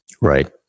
Right